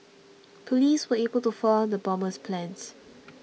police were able to foil the bomber's plans